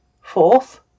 Fourth